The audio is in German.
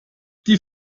die